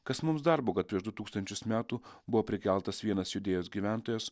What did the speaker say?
kas mums darbo kad prieš du tūkstančius metų buvo prikeltas vienas judėjos gyventojas